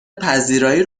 پذیرایی